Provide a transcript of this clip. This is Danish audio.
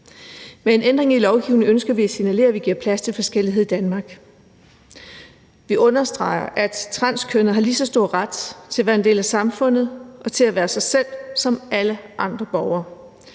Med en ændring i lovgivningen ønsker vi at signalere, at vi giver plads til forskellighed i Danmark. Vi understreger, at transkønnede har lige så stor ret til at være en del af samfundet og til at være sig selv, som alle andre borgere